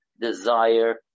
desire